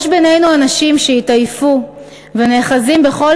יש בינינו אנשים שהתעייפו ונאחזים בכל